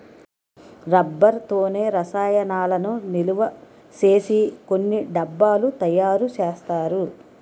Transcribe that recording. rubber తోనే రసాయనాలను నిలవసేసి కొన్ని డబ్బాలు తయారు చేస్తారు